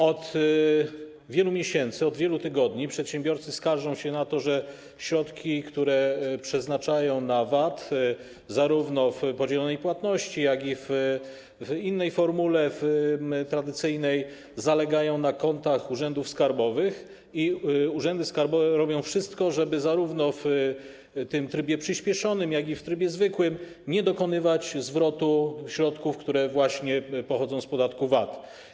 Od wielu miesięcy, od wielu tygodni przedsiębiorcy skarżą się na to, że środki, które przeznaczają na VAT, zarówno w podzielonej płatności, jak i w innej formule, tradycyjnej, zalegają na kontach urzędów skarbowych i urzędy skarbowe robią wszystko, żeby zarówno w tym trybie przyspieszonym, jak i w trybie zwykłym nie dokonywać zwrotu środków, które właśnie pochodzą z podatku VAT.